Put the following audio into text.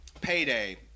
Payday